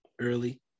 early